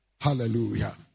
Hallelujah